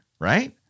right